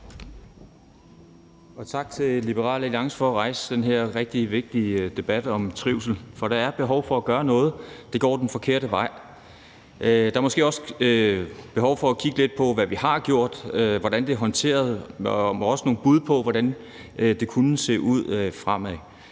tak til Liberal Alliance for at rejse den her rigtig vigtige debat om trivsel, for der er behov for at gøre noget – det går den forkerte vej. Der er måske også behov for at kigge lidt på, hvad vi har gjort, hvordan det er håndteret, og komme med nogle bud på, hvordan det kunne se ud,